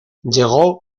llegó